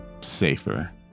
safer